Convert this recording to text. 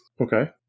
Okay